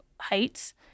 heights